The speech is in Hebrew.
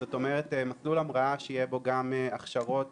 זאת אומרת מסלול המראה שיהיו בו גם הכשרה